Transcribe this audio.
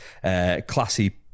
classy